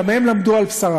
גם הם למדו על בשרם,